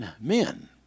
men